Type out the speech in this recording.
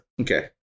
Okay